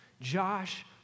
Josh